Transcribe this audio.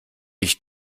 ich